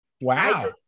Wow